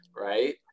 right